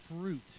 fruit